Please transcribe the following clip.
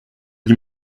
d’y